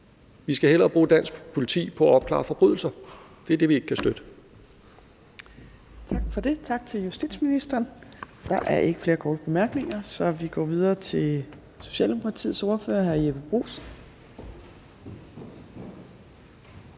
vi skal hellere bruge dansk politi på at opklare forbrydelser. Så det er det, vi ikke kan støtte. Kl. 12:09 Fjerde næstformand (Trine Torp): Tak for det, og tak til justitsministeren. Der er ikke flere korte bemærkninger. Så vi går videre til Socialdemokratiets ordfører, Jeppe Bruus.